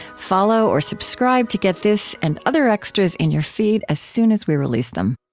follow or subscribe to get this and other extras in your feed as soon as we release them